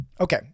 Okay